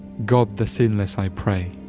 god, the sinless i pray,